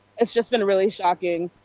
is just been really shocking.